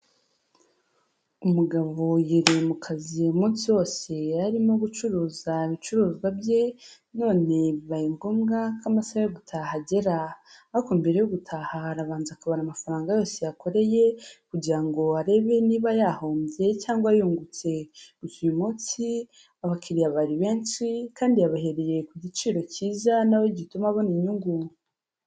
Umugabo yiriwe mu kazi umunsi wose yari arimo gucuruza ibicuruzwa bye, none bibaye ngombwa ko amasaha yo gutaha agera. Ariko mbere yo gutaha arabanza akabara amafaranga yose yakoreye kugira ngo arebe niba yahombye cyangwa yungutse. Gusa uyu munsi abakiriya bari benshi kandi yabahereye ku giciro cyiza na we gituma abona inyungu.